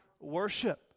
worship